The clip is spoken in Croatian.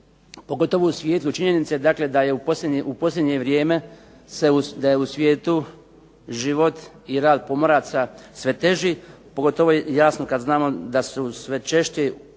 pogotovo u svjetlu činjenice, dakle da je u posljednje vrijeme da je u svijetu život i rad pomoraca sve teži pogotovo jasno kad znamo da su sve češći i